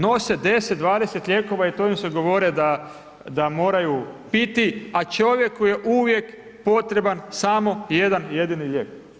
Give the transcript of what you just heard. Nose 10, 20 lijekova i to im se govore da moraju piti, a čovjeku je uvijek potreban samo jedan jedini lijek.